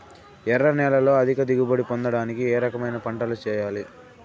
ఎర్ర నేలలో అధిక దిగుబడి పొందడానికి ఏ రకమైన పంటలు చేయాలి?